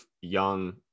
young